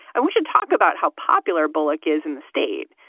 and we should talk about how popular bullock is in the state,